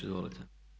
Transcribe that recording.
Izvolite.